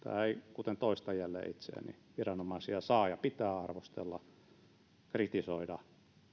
kuten toistan jälleen itseäni viranomaisia saa ja pitää arvostella kritisoida